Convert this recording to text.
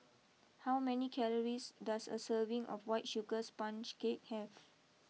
how many calories does a serving of White Sugar Sponge Cake have